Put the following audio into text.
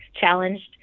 challenged